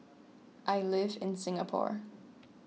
I live in Singapore